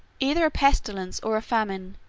either a pestilence or a famine,